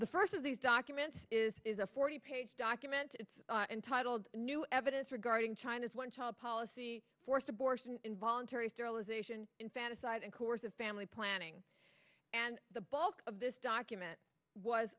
the first of these documents is is a forty page document it's entitled new evidence regarding china's one child policy forced abortion involuntary sterilization infanticide and course of family planning and the bulk of this document was